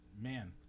man